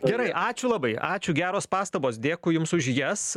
gerai ačiū labai ačiū geros pastabos dėkui jums už jas